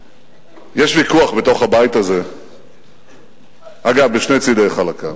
יש ויכוח בתוך הבית הזה, אגב, בשני צדיו, חלקיו,